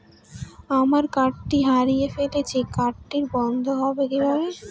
আমার কার্ডটি হারিয়ে ফেলেছি কার্ডটি বন্ধ করব কিভাবে?